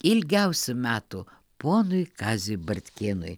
ilgiausių metų ponui kaziui bartkėnui